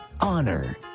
honor